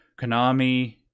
Konami